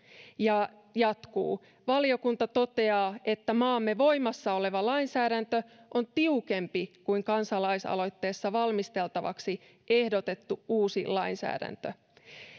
ja jatkuu valiokunta toteaa että maamme voimassa oleva lainsäädäntö on tiukempi kuin kansalaisaloitteessa valmisteltavaksi ehdotettu uusi lainsäädäntö